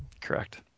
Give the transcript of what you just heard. Correct